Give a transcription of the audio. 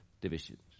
divisions